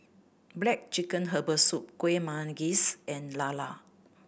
Black Chicken Herbal Soup Kueh Manggis and Lala